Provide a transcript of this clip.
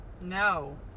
no